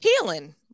Healing